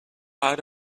out